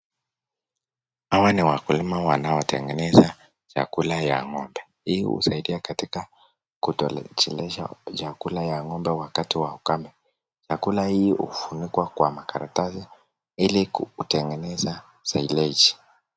Hawa ni wakulima wanaotengeneza chakula ya ng'ombe. Hii husaidia katika kutosheleza chakula ya ng'ombe wakati wa ukame chakula hii hufunikwa kwa karatasi ili kutengeneza silaji.